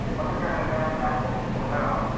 let me grab my and backpack. we'll we'll head out.